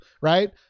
right